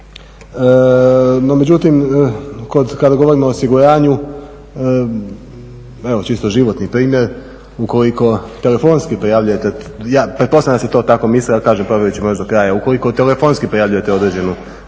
No međutim, kada govorimo o osiguranju, evo čisto životni primjer, ukoliko telefonski prijavljujete, pretpostavljam da se to tako misli ali kažem provjerit ćemo još do kraja, ukoliko telefonski prijavljujete određenu